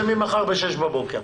זה ממחר ב-6:00 בבוקר.